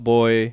Boy